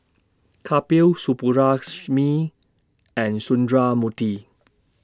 Kapil Subbulakshmi and Sundramoorthy